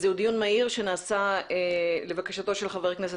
זה דיון מהיר שנעשה לבקשתו של חבר הכנסת